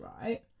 Right